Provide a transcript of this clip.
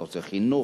אתה עושה חינוך.